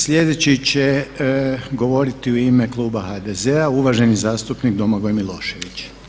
Sljedeći će govoriti u ime kluba HDZ-a uvaženi zastupnik Domagoj Milošević.